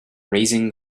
raising